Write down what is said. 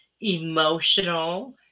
emotional